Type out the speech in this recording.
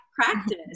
practice